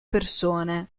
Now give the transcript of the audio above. persone